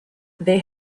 they